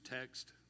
text